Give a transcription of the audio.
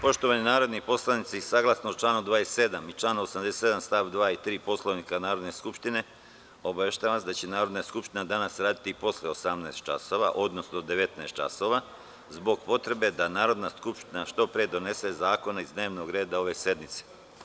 Poštovani narodni poslanici, saglasno članu 27. i članu 87. st. 2. i 3. Poslovnika Narodne skupštine, obaveštavam vas da će Narodna skupština danas raditi i posle 18.00 časova, odnosno 19.00 časova, zbog potrebe da Narodna skupština što pre donese zakone iz dnevnog reda ove sednice.